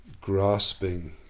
grasping